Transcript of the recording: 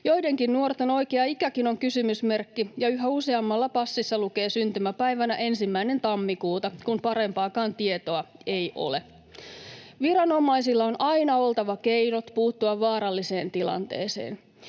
Joidenkin nuorten oikea ikäkin on kysymysmerkki, ja yhä useammalla passissa lukee syntymäpäivänä ensimmäinen tammikuuta, kun parempaakaan tietoa ei ole. Viranomaisilla on aina oltava keinot puuttua vaaralliseen tilanteeseen.